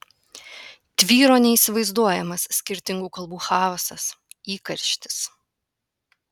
tvyro neįsivaizduojamas skirtingų kalbų chaosas įkarštis